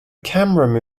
camera